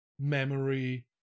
Memory